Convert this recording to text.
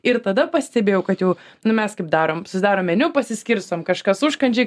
ir tada pastebėjau kad jau nu mes kaip darom susidarom meniu pasiskirstom kažkas užkandžiai